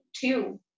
two